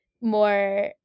more